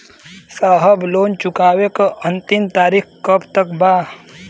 साहब लोन चुकावे क अंतिम तारीख कब तक बा?